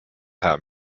herr